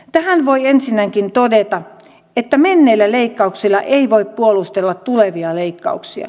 tähän voi ensinnäkin todeta että menneillä leikkauksilla ei voi puolustella tulevia leikkauksia